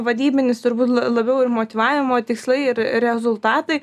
vadybinis turbūt la labiau ir motyvavimo tikslai ir rezultatai